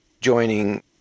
joining